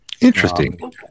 Interesting